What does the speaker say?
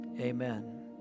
Amen